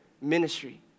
ministry